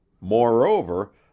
Moreover